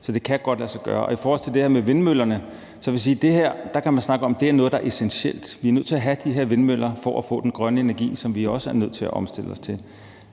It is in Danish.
Så det kan godt lade sig gøre. I forhold til det her med vindmøllerne vil jeg sige, at her kan man snakke om, at det er noget, der er essentielt. Vi er nødt til at have de her vindmøller for at få den grønne energi, som vi også er nødt til at omstille os til.